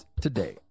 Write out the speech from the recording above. today